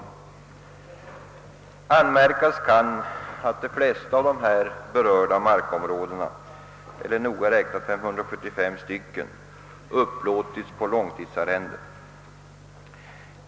Anmärkas kan att de flesta, eller noga räknat 575, av de berörda markområdena upplåtits på långtidsarrende.